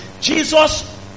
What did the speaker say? Jesus